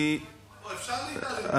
אפשר להתעלם מזה,